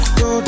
go